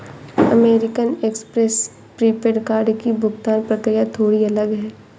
American Express prepaid card की भुगतान प्रक्रिया थोड़ी अलग है